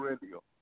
Radio